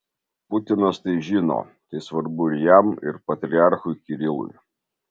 putinas tai žino tai svarbu ir jam ir patriarchui kirilui